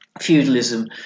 feudalism